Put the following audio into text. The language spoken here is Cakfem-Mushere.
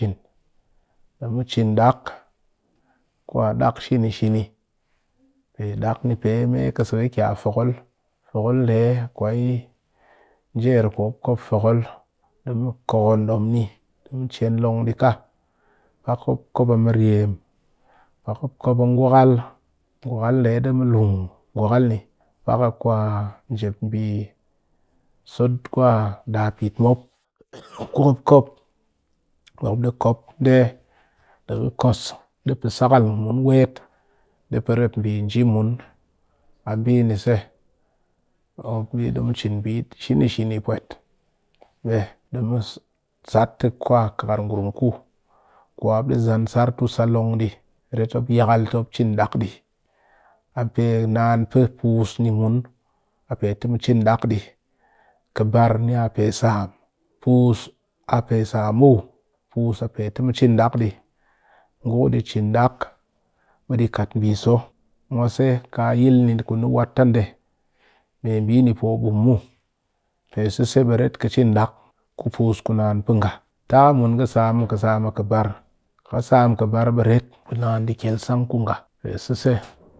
Ɗe mu cin dak kwa dak shini shini pe dak ni me sa ka ki fokol, fokol nde kwai njer ku mop kop fokol di mu kokon dom ni di mu chen long dɨ ka pak mop kop a mirem pak mop kop a ngukal ngukal nde di mu lun ngukal ni pak kwa njep so dapit mop di kop nde di ke kos di nji ku sakal mun wet pe rep mbi nji mun di mu cin mbi shini shini pwet be du mun sat kwa kar ngurum ku kwa mop zan sar tu sa long di ret mop yakal ti mop cin dak di a pe naan pe puus ni mun a pe ti mu cin dak di kɨbar niya pe sam puus ni ya pe sam muw ngu di cin dak di kat mbi so tap ka mun ka sam muw ka sam a kɨ bar kat ka sam kɨbar bi di ret naan di kyel san ku nga.